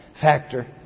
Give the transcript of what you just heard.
factor